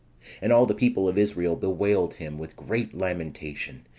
and all the people of israel bewailed him with great lamentation,